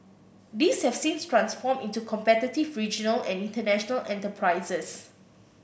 these have since transformed into competitive regional and international enterprises